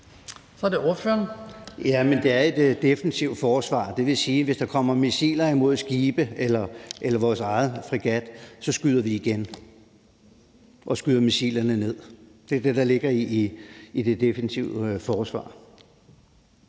Carlsen (M): Jamen det er et defensivt forsvar. Det vil sige, at hvis der kommer missilangreb mod skibe eller mod vores egen fregat, skyder vi igen og skyder missilerne ned. Det er det, der ligger i det defensive forsvar.